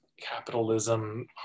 capitalism